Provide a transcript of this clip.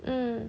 mm